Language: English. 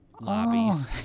lobbies